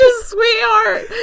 sweetheart